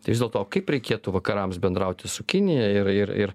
tai vis dėlto kaip reikėtų vakarams bendrauti su kinija ir ir ir